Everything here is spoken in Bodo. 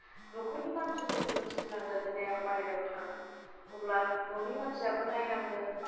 न'खरनि मानसिफोरखौनो थिनलाङो दिनै आं बाहेरायाव थांगोन अब्ला न'नि मानसिया बेखौ नायनांगोन